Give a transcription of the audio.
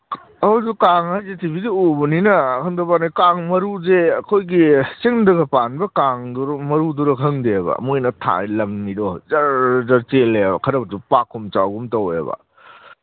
ꯑꯩꯈꯣꯏꯁꯨ ꯀꯥꯡ ꯍꯥꯏꯁꯤ ꯇꯤ ꯚꯤꯗ ꯎꯕꯅꯤꯅ ꯈꯪꯗꯕꯩꯋꯥꯅꯦ ꯀꯥꯡ ꯃꯔꯨꯁꯦ ꯑꯩꯈꯣꯏꯒꯤ ꯆꯤꯡꯗꯒ ꯄꯥꯟꯕ ꯀꯥꯡ ꯃꯔꯨꯗꯨꯔ ꯈꯪꯗꯦꯕ ꯃꯣꯏꯅ ꯊꯥ ꯂꯪꯉꯤꯗꯣ ꯖꯔ ꯖꯔ ꯆꯦꯜꯂꯦꯕ ꯈꯔꯁꯨ ꯄꯥꯛꯀꯨꯝ ꯆꯥꯎꯒꯨꯝ ꯇꯧꯋꯦꯕ